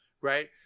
Right